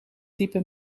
type